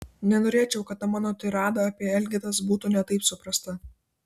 nenorėčiau kad ta mano tirada apie elgetas būtų ne taip suprasta